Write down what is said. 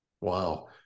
Wow